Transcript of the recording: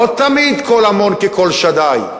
לא תמיד קול המון כקול שדי.